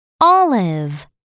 Olive